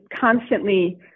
constantly